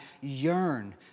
yearn